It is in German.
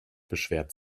beschwert